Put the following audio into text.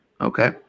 Okay